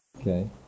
Okay